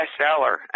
bestseller